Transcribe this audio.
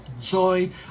joy